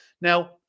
Now